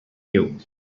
you